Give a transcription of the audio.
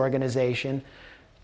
organization